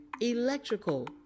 electrical